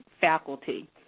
faculty